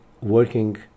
working